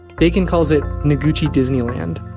dakin calls it noguchi disneyland.